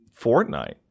Fortnite